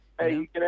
Hey